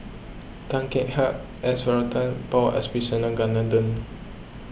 Tan Kek Hiang S Varathan Paul Abisheganaden